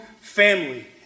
family